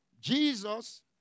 Jesus